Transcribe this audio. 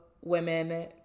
women